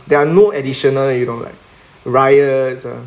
um there are no additional you know like riots uh